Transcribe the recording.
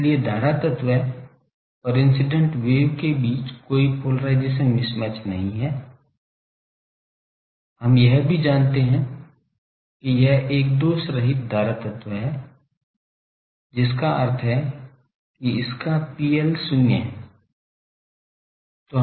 इसलिए धारा तत्व और इंसीडेंट वेव के बीच कोई पोलेराइजेशन मिसमैच नहीं है हम यह भी मानते हैं कि यह एक दोषरहित धारा तत्व है जिसका अर्थ है कि इसका RL शून्य है